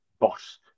boss